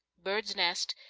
birds nest,